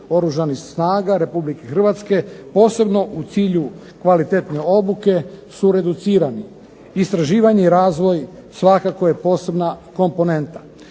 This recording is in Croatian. Oružanih snaga Republike Hrvatske posebno u cilju kvalitetne obuke su reducirani, istraživanje i razvoj svakako je posebna komponenta.